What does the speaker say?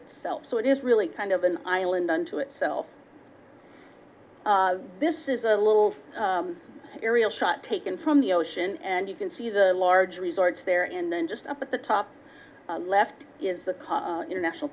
itself so it is really kind of an island unto itself this is a little aerial shot taken from the ocean and you can see the large resorts there and then just up at the top left is the international